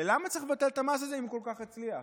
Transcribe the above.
ללמה צריך לבטל את המס הזה אם הוא כל כך הצליח